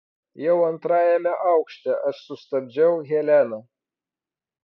jau antrajame aukšte aš sustabdžiau heleną